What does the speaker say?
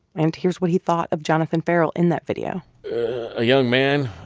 and here's what he thought of jonathan ferrell in that video a young man,